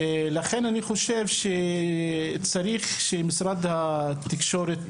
לכן אני חושב שצריך שמשרד התקשורת